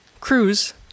Cruise